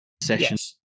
sessions